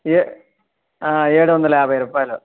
ఏ ఏడువందల యాభై రూపాయలు